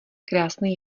krásný